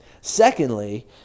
Secondly